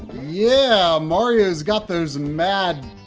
yeah mario's got those, mad,